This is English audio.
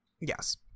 Yes